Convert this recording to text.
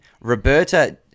Roberta